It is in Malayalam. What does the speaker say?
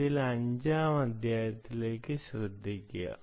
അതിനാൽ അഞ്ചാം അധ്യായത്തിലേക്ക് ശ്രദ്ധിക്കുക